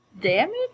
damage